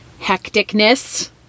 hecticness